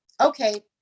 okay